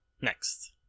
Next